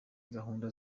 gahunda